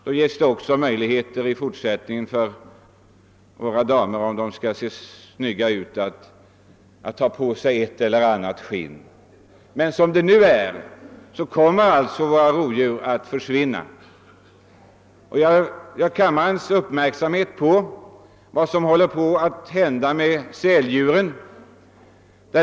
Då skulle det också i fortsättningen finnas möjlighet för damerna att klä sig i ett eller annat skinn, när de vill se snygga ut. Men som utvecklingen nu är kommer rovdjuren att försvinna. Jag vill i sammanhanget fästa kammarledamöternas uppmärksamhet på vad som nu håller på att hända med sälarna.